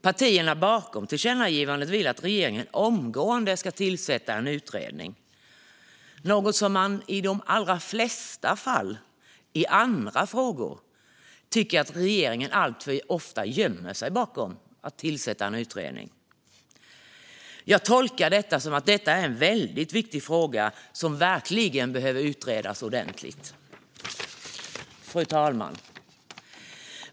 Partierna bakom tillkännagivandet vill att regeringen omgående ska tillsätta en utredning, något som man i de allra flesta fall i andra frågor tycker att regeringen alltför ofta gömmer sig bakom - alltså att tillsätta en utredning. Jag tolkar det som att detta är en väldigt viktig fråga som verkligen behöver utredas ordentligt. Fru talman!